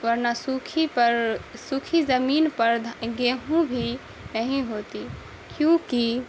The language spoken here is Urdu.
ورنہ سوکھی پر سوکھی زمین پر گیہوں بھی نہیں ہوتی کیونکہ